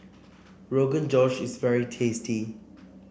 Rogan Josh is very tasty